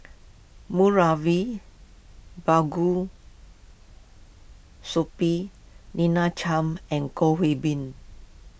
Moulavi Sahib Lina Chiam and Goh Bin